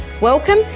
Welcome